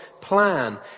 plan